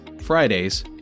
Fridays